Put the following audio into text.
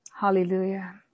Hallelujah